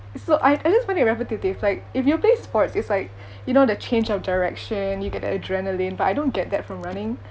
it's so I I just find it repetitive like if you play sports is like you know the change of direction you get the adrenaline but I don't get that from running